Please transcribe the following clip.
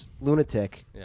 lunatic